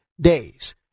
days